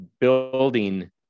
building